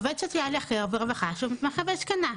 עובד סוציאלי אחר ברווחה שהוא מתמחה בזקנה.